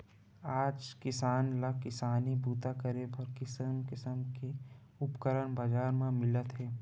आज किसान ल किसानी बूता करे बर किसम किसम के उपकरन बजार म मिलत हे